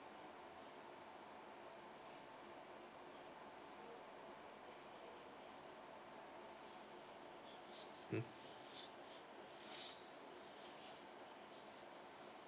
mm